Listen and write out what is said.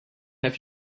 have